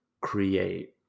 create